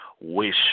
wish